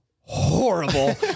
horrible